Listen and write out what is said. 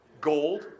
Gold